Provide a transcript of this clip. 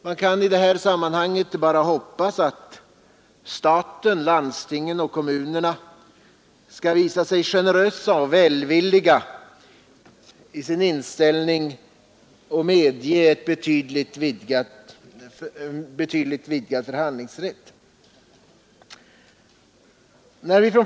Man kan i det här sammanhanget bara hoppas att Ändring i statsstaten, landstingen och kommunerna skall visa sig generösa och välvilliga i — fjänstemannalagen, m.m. sin inställning och medge en vidgad förhandlingsrätt.